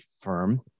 firm